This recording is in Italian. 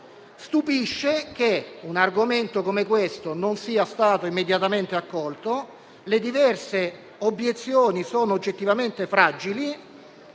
Stupisce che un argomento come questo non sia stato immediatamente accolto. Le diverse obiezioni sono oggettivamente fragili